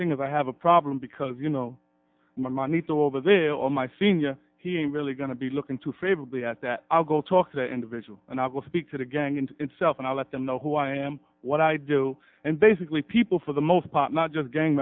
think of i have a problem because you know my needs over there or my senior he i'm really going to be looking to favorably at that i'll go talk to the individual and i will speak to the gang in itself and i let them know who i am what i do and basically people for the most part not just gang